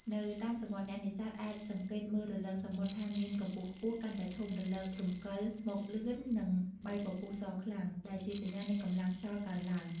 នៅតាមសមុទ្រ អ្នកនេសាទអាចសង្កេតមើលរលកសមុទ្រថាមានកម្ពស់ខ្ពស់ កាន់តែធំ រលករំកិលមកលឿន និងបែកពពុះសខ្លាំង ដែលជាសញ្ញានៃកម្លាំងខ្យល់កើនឡើង។